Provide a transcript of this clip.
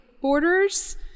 borders